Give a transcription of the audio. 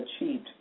achieved